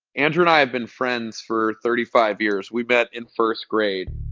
andrew and i have been friends for thirty five years. we met in first grade.